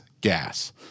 Gas